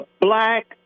black